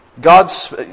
God's